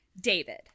David